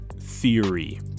theory